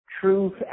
truth